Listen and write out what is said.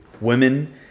women